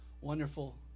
Wonderful